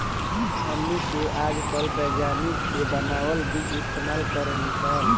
हमनी के आजकल विज्ञानिक के बानावल बीज इस्तेमाल करेनी सन